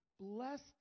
blessed